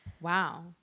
Wow